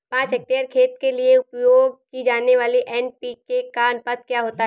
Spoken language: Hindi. पाँच हेक्टेयर खेत के लिए उपयोग की जाने वाली एन.पी.के का अनुपात क्या होता है?